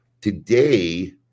today